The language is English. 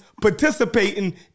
participating